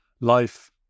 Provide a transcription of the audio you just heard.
life